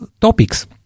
topics